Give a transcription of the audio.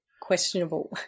questionable